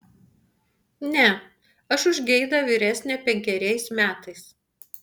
ne aš už geidą vyresnė penkeriais metais